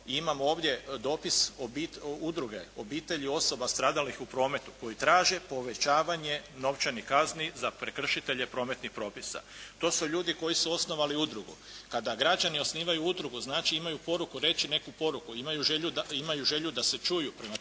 imam ovdje dopis Udruge obitelji osoba stradalih u prometu koji traže povećavanje novčanih kazni za prekršitelje prometnih propisa. To su ljudi koji su osnovali udrugu. Kada građani osnivaju udrugu znači imaju reći neku poruku, imaju želju da se čuju. Prema tome,